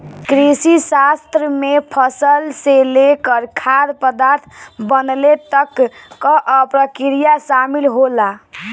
कृषिशास्त्र में फसल से लेकर खाद्य पदार्थ बनले तक कअ प्रक्रिया शामिल होला